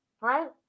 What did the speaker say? right